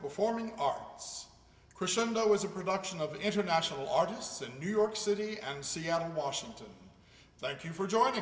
performing arts crescendo is a production of international artists in new york city and seattle washington thank you for